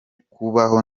kubaho